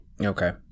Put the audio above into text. Okay